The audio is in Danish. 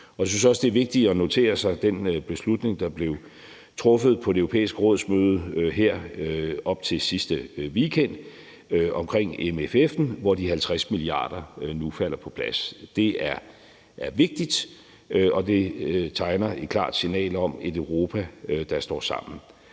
Jeg synes også, det er vigtigt at notere sig den beslutning, der blev truffet på det europæiske rådsmøde her op til sidste weekend, om MFF'en, hvor de 50 mia. kr. nu falder på plads. Det er vigtigt, og det sender et klart signal om et Europa, der står sammen.